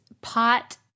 pot